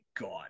God